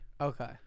Okay